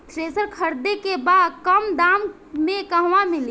Thresher खरीदे के बा कम दाम में कहवा मिली?